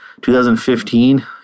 2015